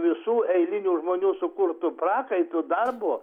visų eilinių žmonių sukurtu prakaitu darbu